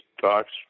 talks